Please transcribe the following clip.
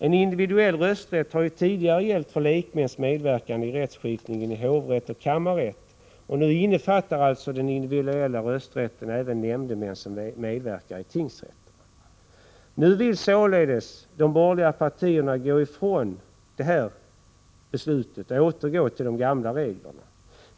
En individuell rösträtt har tidigare gällt vid lekmäns medverkan i rättsskipningen i hovrätt och kammarrätt, och nu innefattar alltså den individuella rösträtten även nämndemän som medverkar vid tingsrätter. Nu vill således de borgerliga partierna gå ifrån detta beslut och återgå till de gamla reglerna.